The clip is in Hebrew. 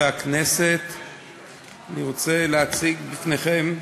אני רוצה להציג בפניכם,